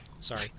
Sorry